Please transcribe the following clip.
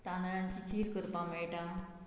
तांदळांची खीर करपाक मेळटा